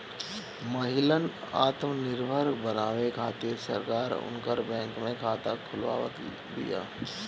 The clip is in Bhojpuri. महिलन आत्मनिर्भर बनावे खातिर सरकार उनकर बैंक में खाता खोलवावत बिया